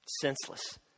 Senseless